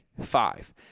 Five